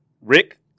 Rick